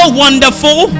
wonderful